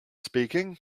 speaking